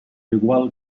igual